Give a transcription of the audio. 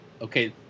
okay